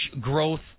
growth